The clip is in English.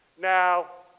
now,